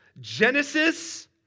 Genesis